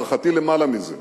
להערכתי למעלה מזה.